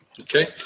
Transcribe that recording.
okay